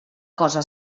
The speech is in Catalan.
cosa